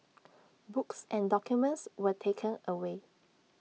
books and documents were taken away